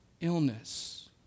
illness